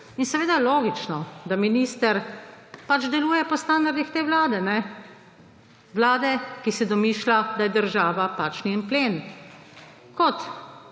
In seveda je logično, da minister pač deluje po standardih te vlade. Vlade, ki si domišlja, da je država njen plen. Kot